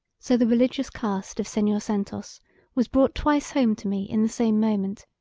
so the religious cast of senhor santos was brought twice home to me in the same moment,